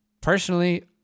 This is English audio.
Personally